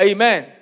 Amen